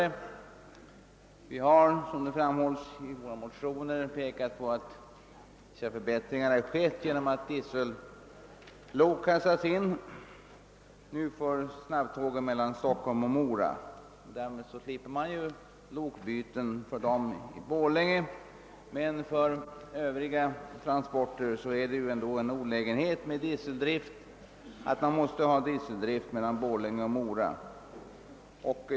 I de likalydande motionerna I: 465 och II: 584 har vi framhållit att vissa förbättringar har skett på sträckan Stockholm-—Mora genom att diesellok har satts in. Därigenom slipper man lokbytet i Borlänge. Men för övriga transporter är det en olägenhet att ha dieseldrift mellan Borlänge och Mora.